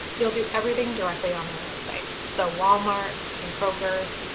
you'll do everything directly on their website. so, walmart and kroger's,